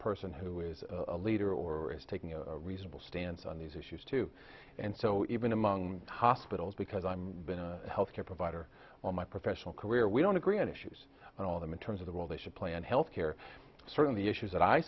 person who is a leader or is taking a reasonable stance on these issues too and so even among hospitals because i'm been a health care provider all my professional career we don't agree on issues and all of them in terms of the role they should play and health care certainly issues that i